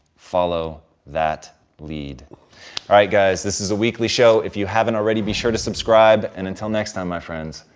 follow that lead. all right, guys, this is a weekly show. if you haven't already, be sure to subscribe, and until next time, my friends,